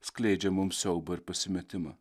skleidžia mums siaubą ir pasimetimą